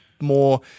more